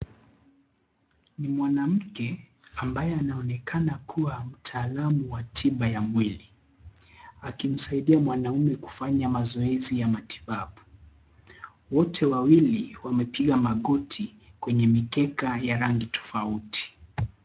Ni mwanamke ambaye anaonekana kuwa mtaalamu wa tiba ya mwili akimsaidia mwanamume kufanya mazoezi ya matibabu. Wote wawili wamepiga magoti kwenye mikeka ya rangi tofauti.